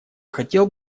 хотел